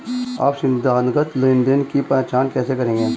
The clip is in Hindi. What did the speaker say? आप संदिग्ध लेनदेन की पहचान कैसे करेंगे?